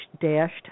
dashed